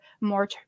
more